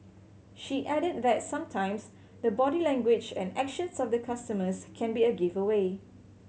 she added that sometimes the body language and actions of the customers can be a giveaway